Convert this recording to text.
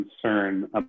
concern